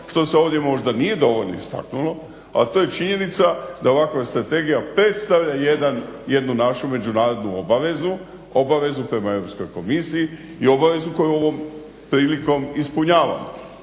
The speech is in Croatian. što se ovdje možda nije dovoljno istaknulo, a to je činjenica da ovakva strategija predstavlja jednu našu međunarodnu obavezu, obavezu prema Europskoj komisiji i obavezu koju ovom prilikom ispunjavamo.